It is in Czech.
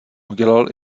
udělal